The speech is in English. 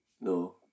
no